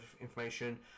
information